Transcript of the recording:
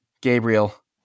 Gabriel